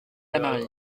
damary